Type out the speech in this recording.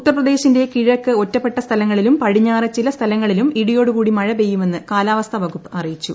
ഉത്തർപ്രദേശിന്റെ കിഴക്ക് ഒറ്റപ്പെട്ട സ്ഥലങ്ങളിലും പടിഞ്ഞാറ് ചില സ്ഥലങ്ങളിലും ഇടിയോടു കൂടി മഴ പെയ്യുമെന്ന് കാലാവസ്ഥാ വകുപ്പ് അറിയിച്ചു